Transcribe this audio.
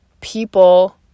people